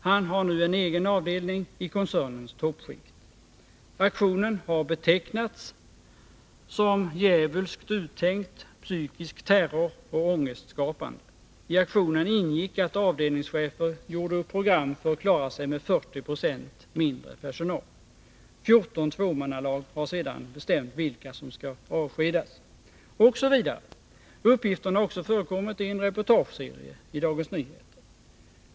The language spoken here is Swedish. Han har nu en egen avdelning i koncernens toppskikt. Aktionen har betecknats som ”djävulskt uttänkt, ”psykisk terror” och ”ångestskapande”. I aktionen ingick att avdelningschefer gjorde upp program för att klara sig med 40 procent mindre personal. Fjorton tvåmannalag har sedan bestämt vilka som skall avskedas.” Dessa uppgifter har också förekommit i en reportageserie i Dagens Nyheter.